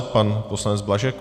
Pan poslanec Blažek.